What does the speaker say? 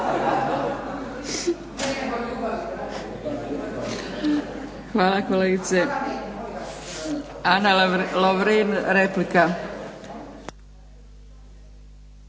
Hvala kolegice. Ana Lovrin, replika.